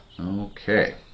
Okay